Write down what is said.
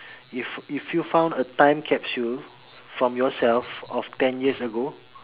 if if you found a time capsule from yourself of ten years ago